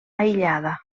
aïllada